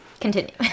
continue